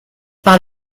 par